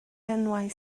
enwau